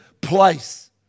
place